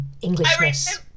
Englishness